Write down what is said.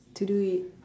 to do it